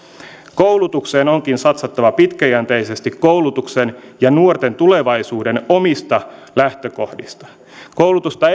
koulutukseen onkin satsattava pitkäjänteisesti koulutuksen ja nuorten tulevaisuuden omista lähtökohdista koulutusta